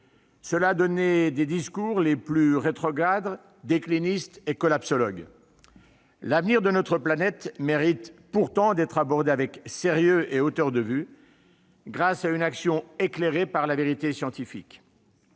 Cela a donné les discours les plus rétrogrades, déclinistes et collapsologues. L'avenir de notre planète mérite pourtant d'être abordé avec sérieux et hauteur de vue, grâce à une action éclairée par la vérité scientifique.